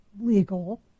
legal